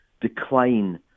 decline